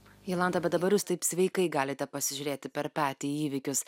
jolanta bet dabar jūs taip sveikai galite pasižiūrėti per petį į įvykius